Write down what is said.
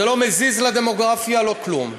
זה לא מזיז לדמוגרפיה, לא כלום.